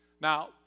Now